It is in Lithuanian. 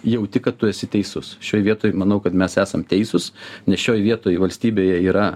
jauti kad tu esi teisus šioj vietoj manau kad mes esam teisūs nes šioj vietoj valstybėje yra